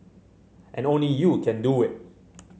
and only you can do it